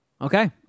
Okay